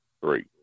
Three